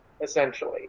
essentially